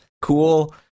cool